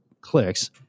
clicks